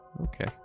Okay